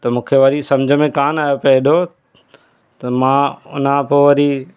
त मूंखे वरी समुझ में कान आयो त हेॾो त मां हुन खां पोइ वरी